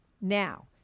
now